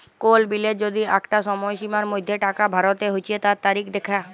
কোল বিলের যদি আঁকটা সময়সীমার মধ্যে টাকা ভরতে হচ্যে তার তারিখ দ্যাখা